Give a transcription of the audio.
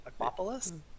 Aquapolis